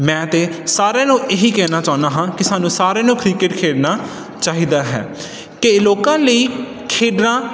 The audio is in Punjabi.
ਮੈਂ ਤਾਂ ਸਾਰਿਆਂ ਨੂੰ ਇਹੀ ਕਹਿਣਾ ਚਾਹੁੰਦਾ ਹਾਂ ਕਿ ਸਾਨੂੰ ਸਾਰਿਆਂ ਨੂੰ ਕ੍ਰਿਕਟ ਖੇਡਣਾ ਚਾਹੀਦਾ ਹੈ ਕਈ ਲੋਕਾਂ ਲਈ ਖੇਡਣਾ